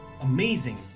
amazing